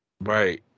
right